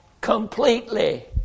completely